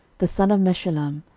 the son of meshullam,